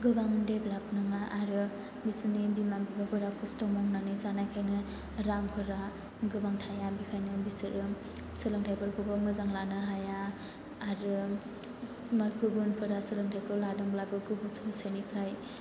गोबां देभल'प नङा आरो बिसोरनि बिमा बिफाफोरा खस्थ' मावनानै जानायखायनो रांफोरा गोबां थाया बेनिखायनो बिसोरो सोलोंथायफोरखौबो मोजां लानो हाया आरो गुबुनफोरा सोलोंथायखौ लादोंब्लाबो गुबुन ससेनिफ्राय